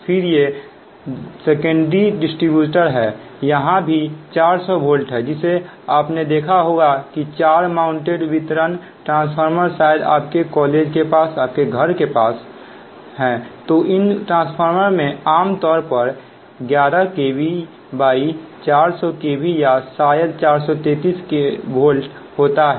और फिर ये द्वितीयक वितरण हैं यहां भी 400V है जिसे आपने देखा होगा कि 4 माउंटेड वितरण ट्रांसफार्मर शायद आपके महाविद्यालय के पास आपके घर के पास तो उन ट्रांसफार्मर में आम तौर पर 11kv 400 kv या शायद 433V होता है